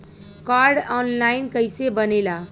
Card online कइसे बनेला?